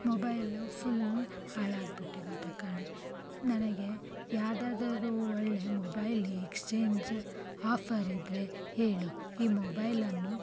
mobile full ಹಾಳಾಗ್ಬಿಟ್ಟಿರುತ್ತೆ ಕಣೆ ನನಗೆ ಯಾವುದಾದರೂ ಒಳ್ಳೆಯ ಮೊಬೈಲ್ ಎಕ್ಸ್ಚೇಂಜ್ ಆಫ಼ರ್ ಇದ್ದರೆ ಹೇಳು ಈ ಮೊಬೈಲನ್ನು